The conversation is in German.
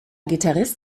gitarrist